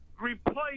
replace